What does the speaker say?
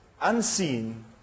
unseen